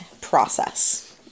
process